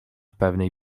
pewnej